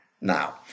now